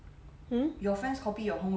hmm